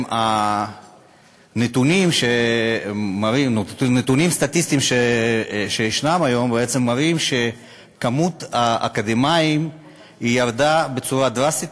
הנתונים הסטטיסטיים שישנם היום מראים שמספר האקדמאים ירד בצורה דרסטית,